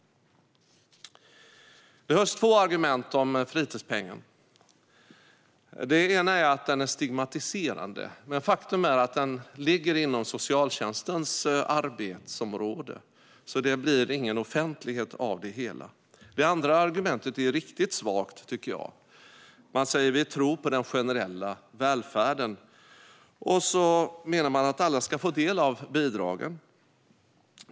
Det hörs två argument mot fritidspengen. Det ena är att den skulle vara stigmatiserande. Men faktum är att den ligger inom socialtjänstens arbetsområde, så det blir inget offentligt av det hela. Det andra argumentet tycker jag är riktigt svagt. Man säger att man tror på den generella välfärden, och så menar man att alla ska få del av bidragen.